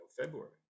February